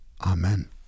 Amen